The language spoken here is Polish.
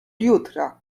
jutra